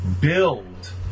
build